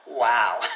Wow